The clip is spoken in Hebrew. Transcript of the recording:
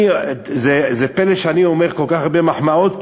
זה פלא שאני אומר כל כך הרבה מחמאות,